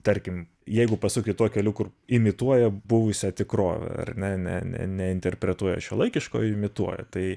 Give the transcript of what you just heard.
tarkim jeigu pasukti tuo keliu kur imituoja buvusią tikrovę ar ne ne ne neinterpretuoja šiuolaikiško o imituoja tai